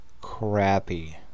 Crappy